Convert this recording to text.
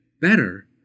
better